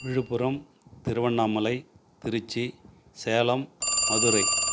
Villupuram Tiruvannamalai Trichy Salem Madurai